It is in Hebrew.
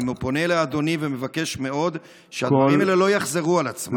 אני פונה לאדוני ומבקש מאוד שהדברים האלה לא יחזרו על עצמם.